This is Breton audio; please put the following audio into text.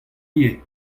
ivez